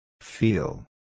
Feel